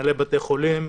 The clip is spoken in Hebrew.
מנהלי בתי חולים,